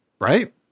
right